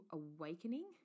awakening